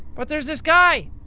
but there's this guy!